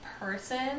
person